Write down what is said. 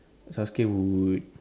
Sasuke would